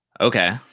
Okay